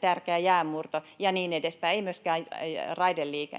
tärkeä jäänmurto ja niin edespäin, ei myöskään raideliikenne.